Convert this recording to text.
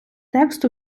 текст